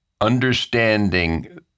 understanding